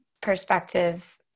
perspective